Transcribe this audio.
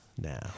now